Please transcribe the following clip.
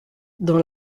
dans